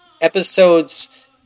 episodes